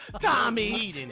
Tommy